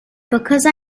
because